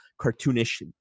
cartoonish